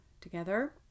Together